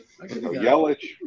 Yelich